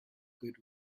good